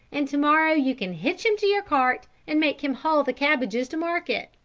and to-morrow you can hitch him to your cart and make him haul the cabbages to market.